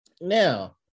Now